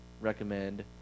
recommend